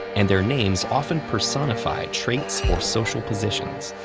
and their names often personify traits or social positions,